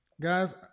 Guys